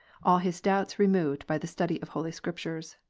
all his doubts removed by the study of holy scripture,